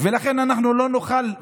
ולכן אנחנו לא נוכל,